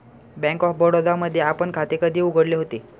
Bank of Baroda मध्ये आपण खाते कधी उघडले होते?